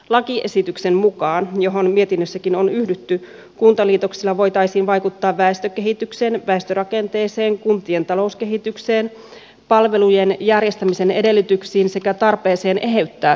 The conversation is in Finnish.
lakiesityksen mukaan johon mietinnössäkin on yhdytty kuntaliitoksilla voitaisiin vaikuttaa väestökehitykseen väestörakenteeseen kuntien talouskehitykseen palvelujen järjestämisen edellytyksiin sekä tarpeeseen eheyttää yhdyskuntarakennetta